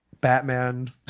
Batman